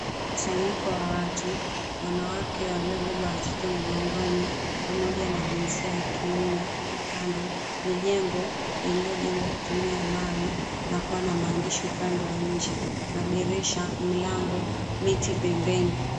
Mkusanyiko wa watu, wanawake waliobeba watoto mgongoni pamoja na jinsia ya kiume kando, mijengo iliyojengwa kutumiwa mawe na kuwa na maandishi pale nje, madirisha, mlango na miti pembeni.